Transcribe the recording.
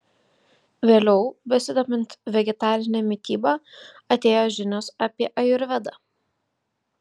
vėliau besidomint vegetarine mityba atėjo žinios apie ajurvedą